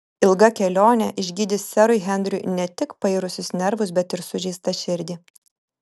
ilga kelionė išgydys serui henriui ne tik pairusius nervus bet ir sužeistą širdį